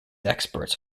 experts